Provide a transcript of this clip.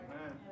Amen